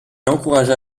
encouragea